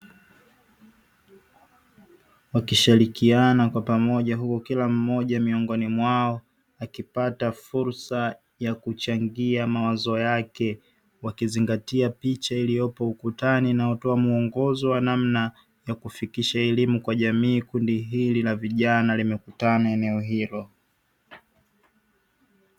Wakishirikiana kwa pamoja huku kila mmoja miongoni mwao akipata fursa ya kuchangia mawazo yake, wakizingatia picha iliyopo ukutani inayotoa muongozo wa namna ya kufikisha elimu kwa jamii. Kundi hili la vijana limekutana eneo hilo.